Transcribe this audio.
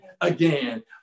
again